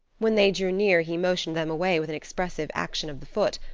when they drew near he motioned them away with an expressive action of the foot,